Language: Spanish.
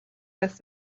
las